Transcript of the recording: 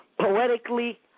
Poetically